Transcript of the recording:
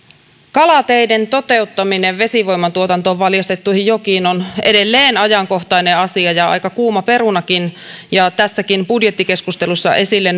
kalateiden toteuttaminen vesivoiman tuotantoon valjastettuihin jokiin on edelleen ajankohtainen asia ja aika kuuma perunakin tässäkin budjettikeskustelussa esille